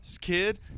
kid